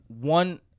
one